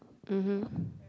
mmhmm